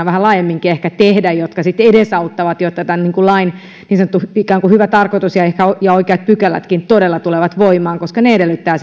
vähän laajemminkin tehdä mikä sitten edesauttaa sitä että tämän lain ikään kuin hyvä tarkoitus ja ehkä oikeat pykälätkin todella tulevat voimaan koska se edellyttää